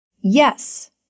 yes